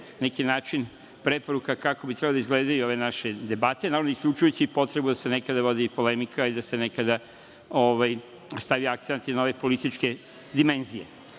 i preporuka kako bi trebalo da izgledaju ove naše debate, uključujući potrebu da se nekada vodi i polemika i da se nekada stavi akcenat i na ove političke dimenzije. Danas